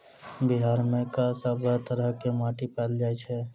बिहार मे कऽ सब तरहक माटि पैल जाय छै?